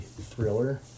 thriller